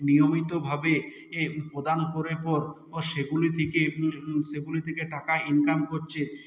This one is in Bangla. নিয়মিতভাবে এ প্রদান করে পর অ সেগুলি থেকে সেগুলি থেকে টাকা ইনকাম করছে